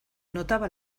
notaba